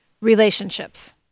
Relationships